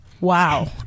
Wow